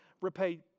repay